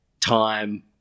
time